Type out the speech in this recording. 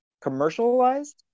commercialized